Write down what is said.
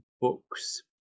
books